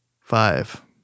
Five